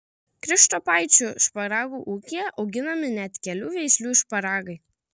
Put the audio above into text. krištopaičių šparagų ūkyje auginami net kelių veislių šparagai